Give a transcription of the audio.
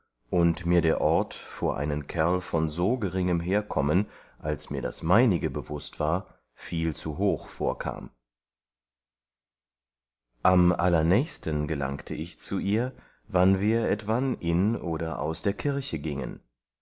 und mir der ort vor einen kerl von so geringem herkommen als mir das meinige bewußt war viel zu hoch vorkam am allernächsten gelangte ich zu ihr wann wir etwan in oder aus der kirche giengen